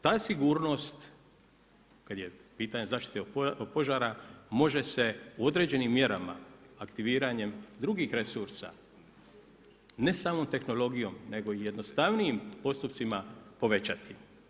Ta sigurnost kad je pitanje zaštite od požara može se u određenim mjerama aktiviranje drugih resursa, ne samo tehnologijom, nego i jednostavnijim postupcima povećati.